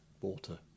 water